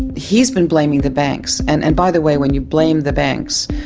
he's been blaming the banks, and and by the way when you blame the banks,